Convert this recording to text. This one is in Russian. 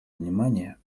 внимание